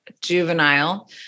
juvenile